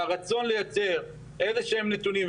והרצון לייצר איזשהם נתונים,